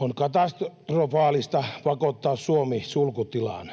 On katastrofaalista pakottaa Suomi sulkutilaan.